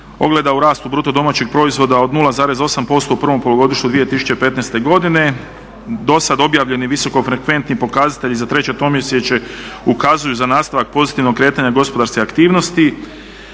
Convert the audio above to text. ogleda u rastu BDP od 0,8% u prvom polugodištu 2015. godine. Do sada objavljeni visokofrekventni pokazatelji za 3.-tromjesečje ukazuju za nastavak pozitivnog kretanja gospodarske aktivnosti.